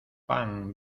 pan